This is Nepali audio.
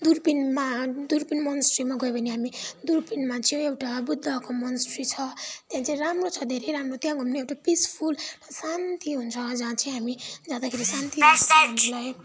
दुर्बिनमा दुर्बिन मोनेस्ट्रीमा गयो भने हामी दुर्बिनमा चाहिँ एउटा बुद्धको मोनेस्ट्री छ त्यहाँ चाहिँ राम्रो छ धेरै राम्रो त्यहाँ घुम्ने एउटा पिसफुल शान्ति हुन्छ जहाँ चाहिँ हामी जाँदाखेरि शान्ति हुन्छ हामीलाई